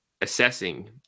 assessing